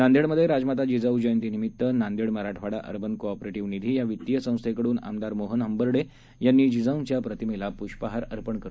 नांदेडमध्ये आज राजमाता जिजाऊ जयंती निमित्त नांदेड मराठवाडा अर्बन कोऑपरेटीव्ह निधी या वित्तीय संस्थेकडून आमदार मोहन हंबर्डे यांनी जिजाऊंच्या प्रतिमेला पुष्पहार अर्पण करून अभिवादन केलं